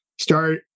start